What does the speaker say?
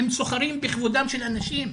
הם סוחרים בכבודם של אנשים.